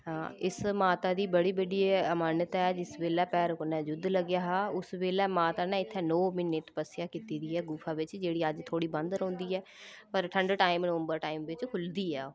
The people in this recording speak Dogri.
इस माता दी एह् बड़ी बड्डी एह् मानता ऐ जिस बेल्लै भैरो कन्नै जुद्ध लग्गेआ हा उस बेल्लै माता ने इत्थे नौ म्हीने तपस्या कीती दी ऐ गुफा बिच्च जेह्ड़ी अज्ज थोह्ड़ी बंद रौंह्दी ऐ पर ठण्ड टाइम नवंबर टाइम बिच्च खुलदी ऐ ओह्